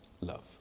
love